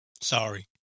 sorry